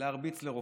להרביץ לרופא?